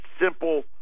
simple